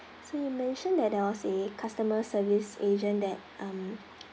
so you mentioned that there was a customer service agent that um